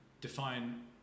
define